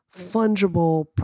fungible